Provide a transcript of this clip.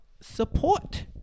support